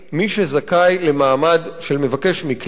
מי שזכאי למעמד של מבקש מקלט,